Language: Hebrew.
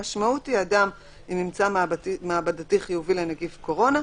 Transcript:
המשמעות היא אדם עם ממצא מעבדתי חיובי לנגיף קורונה,